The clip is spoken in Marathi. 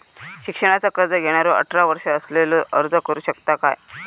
शिक्षणाचा कर्ज घेणारो अठरा वर्ष असलेलो अर्ज करू शकता काय?